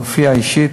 להופיע אישית.